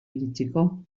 iritsiko